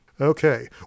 Okay